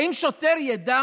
האם שוטר ידע